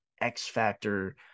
X-factor